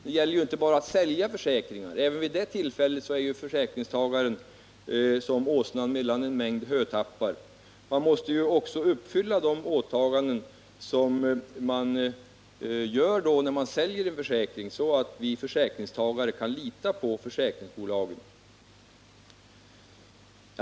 Det gäller ju inte bara att sälja försäkringar — men även vid det tillfället står försäkringstagaren som åsnan mellan två hötappar — utan det gäller också att uppfylla de åtaganden som man gör när man säljer försäkringarna, så att vi försäkringstagare kan lita på försäkringsbolagen.